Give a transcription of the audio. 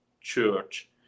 church